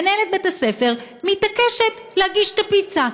מנהלת בית-הספר מתעקשת להגיש את הפיצה.